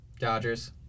Dodgers